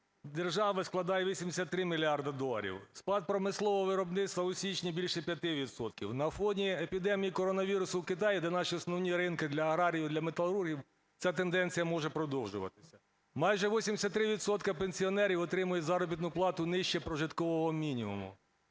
держави складає 83 мільярди доларів. Спад промислового виробництва у січні – більше 5 відсотків, на фоні епідемії коронавірусу в Китаї, де наші основні ринки для аграріїв, для металургів. Ця тенденція може продовжуватися. Майже 83 відсотки пенсіонерів отримують заробітну плату нижче прожиткового мінімуму.